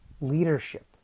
leadership